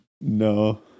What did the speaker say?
No